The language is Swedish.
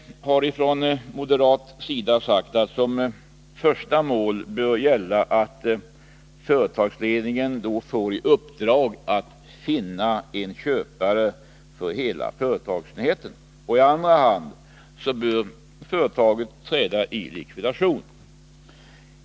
Från moderat sida har vi sagt att som första mål bör gälla att företagsledningen får i uppdrag att finna en köpare för hela företagsenheten. I andra hand bör företaget träda i likvidation.